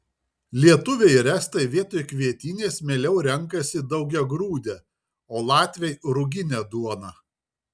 lietuviai ir estai vietoj kvietinės mieliau renkasi daugiagrūdę o latviai ruginę duoną